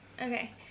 okay